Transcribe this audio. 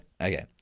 Okay